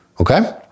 Okay